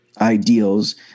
ideals